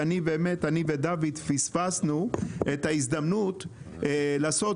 ואני ודוד פספסנו את ההזדמנות לעשות